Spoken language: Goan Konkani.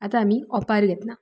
आतां आमी ओंपार घेतना